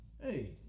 hey